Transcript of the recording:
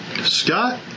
Scott